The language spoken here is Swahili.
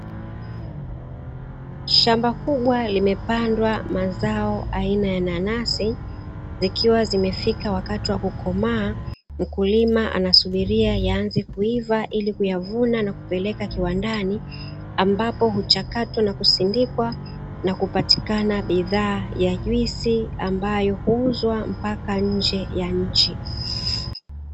Shamba kubwa limepandwa mazao aina ya nanasi, zikiwa zimefika wakati wa kukomaa mkulima anasubiri yaanze kuiva ili kuyavuna na kupeleka kiwandani; ambapo huchakatwa na kusindikwa na kupatikana bidhaa ya juisi ambayo huuzwa mpaka nje ya nchi.